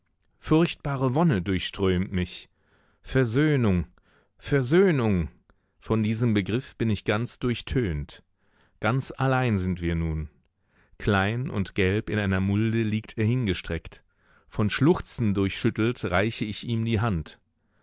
furchtbare wonne durchströmt mich versöhnung versöhnung von diesem begriff bin ich ganz durchtönt ganz allein sind wir nun klein und gelb in einer mulde liegt er hingestreckt von schluchzen durchschüttelt reiche ich ihm die hand